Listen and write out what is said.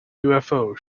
ufo